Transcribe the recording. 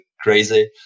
crazy